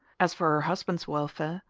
as for her husband's welfare.